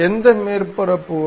எந்த மேற்பரப்பு வரை